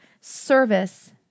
service